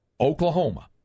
Oklahoma